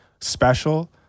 special